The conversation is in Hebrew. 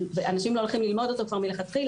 אנשים לא הולכים ללמוד אותו כבר מלכתחילה,